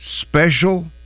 special